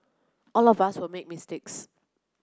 all of us will make mistakes